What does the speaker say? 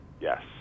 Yes